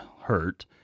hurt